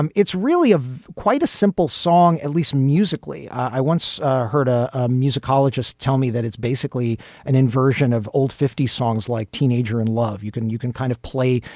um it's really of quite a simple song, at least musically. i once heard a musicologist tell me that it's basically an inversion of old fifty songs like teenager in love. you can you can kind of play,